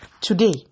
Today